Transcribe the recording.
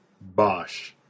Bosch